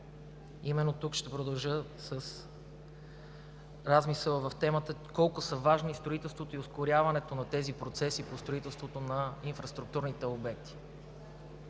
Именно тук ще продължа с размисъл по темата колко са важни строителството и ускоряването на тези процеси по строителството на инфраструктурните обекти.